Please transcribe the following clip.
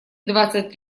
двадцать